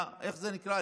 איך זה נקרא?